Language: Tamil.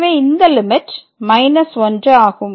எனவே இந்த லிமிட் 1 ஆகும்